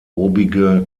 obige